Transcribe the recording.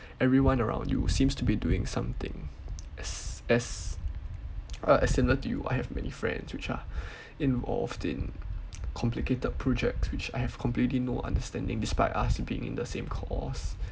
everyone around you seems to be doing something as as well as similar to you I have many friends which are involved in complicated projects which I have completely no understanding despite us being in the same course